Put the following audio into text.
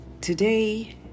today